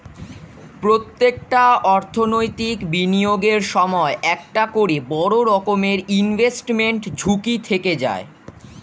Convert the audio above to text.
প্রত্যেকটা অর্থনৈতিক বিনিয়োগের সময় একটা করে বড় রকমের ইনভেস্টমেন্ট ঝুঁকি থেকে যায়